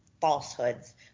falsehoods